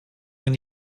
and